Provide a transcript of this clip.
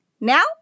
Now